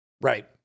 Right